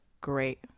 great